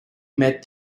met